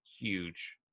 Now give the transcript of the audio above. huge